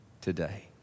today